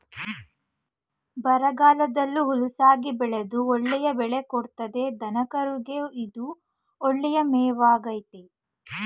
ಬರಗಾಲದಲ್ಲೂ ಹುಲುಸಾಗಿ ಬೆಳೆದು ಒಳ್ಳೆಯ ಬೆಳೆ ಕೊಡ್ತದೆ ದನಕರುಗೆ ಇದು ಒಳ್ಳೆಯ ಮೇವಾಗಾಯ್ತೆ